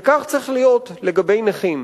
וכך צריך להיות לגבי נכים.